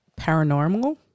Paranormal